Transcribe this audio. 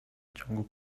ciągu